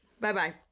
Bye-bye